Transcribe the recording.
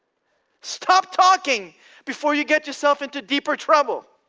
stop talking before you get yourself into deeper trouble.